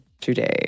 today